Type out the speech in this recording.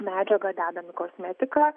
medžiagą dedam į kosmetiką